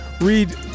read